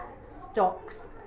stocks